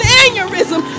aneurysm